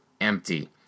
empty